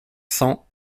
cents